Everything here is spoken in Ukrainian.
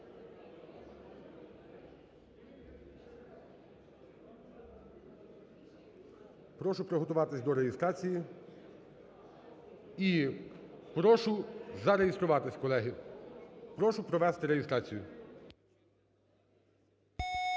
Прошу приготуватися до реєстрації і прошу зареєструватися, колеги. Прошу провести реєстрацію.